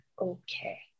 okay